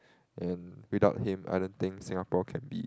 and without him I don't think Singapore can be